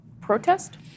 protest